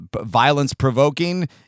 violence-provoking